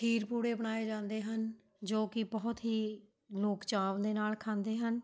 ਖੀਰ ਪੂੜੇ ਬਣਾਏ ਜਾਂਦੇ ਹਨ ਜੋ ਕਿ ਬਹੁਤ ਹੀ ਲੋਕ ਚਾਅ ਦੇ ਨਾਲ਼ ਖਾਂਦੇ ਹਨ